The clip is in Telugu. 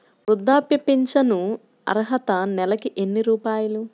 వృద్ధాప్య ఫింఛను అర్హత నెలకి ఎన్ని రూపాయలు?